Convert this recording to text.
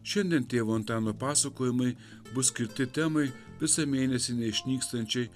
šiandien tėvo antano pasakojimai bus skirti temai visą mėnesį neišnykstančiai